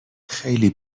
خیلی